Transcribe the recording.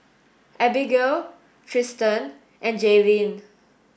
Abigail Tristen and Jaylene